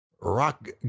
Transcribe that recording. Rock